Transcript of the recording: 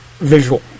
visual